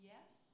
Yes